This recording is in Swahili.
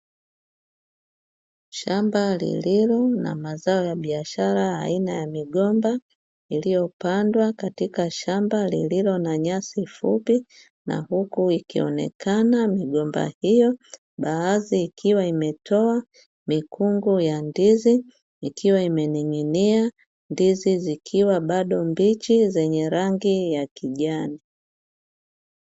Shamba lililo na mazao ya biashara aina ya migomba iliyopandwa katika shamba lililo na nyasi fupi, na huku ikionekana migomba hiyo baadhi ikiwa imetoa mikungu ya ndizi ikiwa imening'inia; ndizi zikiwa bado mbichi zenye rangi ya kijani.